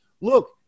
Look